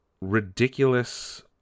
ridiculous